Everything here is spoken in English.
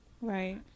Right